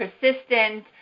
persistent